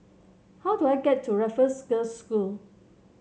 how do I get to Raffles Girls' School